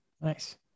Nice